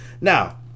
Now